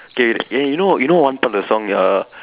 okay eh you know you know one part of the song err